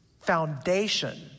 foundation